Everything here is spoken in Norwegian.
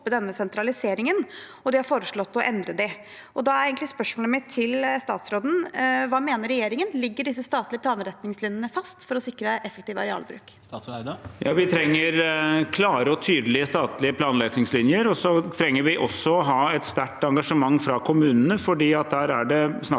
og de har foreslått å endre dem. Da er spørsmålet mitt til statsråden: Hva mener regjeringen? Ligger disse statlige planretningslinjene fast for å sikre effektiv arealbruk? Statsråd Espen Barth Eide Ja, vi trenger klare og tydelige statlige planretningslinjer. Vi trenger også å ha et sterkt engasjement fra kommunene, for der er det snakk om